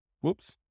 Whoops